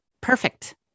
perfect